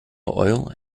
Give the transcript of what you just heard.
oil